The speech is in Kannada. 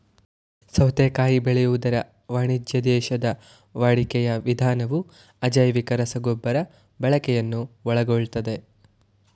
ಸೌತೆಕಾಯಿ ಬೆಳೆಯುವುದರ ವಾಣಿಜ್ಯೋದ್ದೇಶದ ವಾಡಿಕೆಯ ವಿಧಾನವು ಅಜೈವಿಕ ರಸಗೊಬ್ಬರ ಬಳಕೆಯನ್ನು ಒಳಗೊಳ್ತದೆ